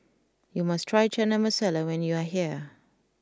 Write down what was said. you must try Chana Masala when you are here